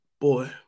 Boy